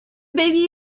baby